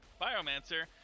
Biomancer